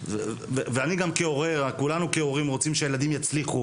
אני כהורה וכולנו כהורים רוצים שהילדים יצליחו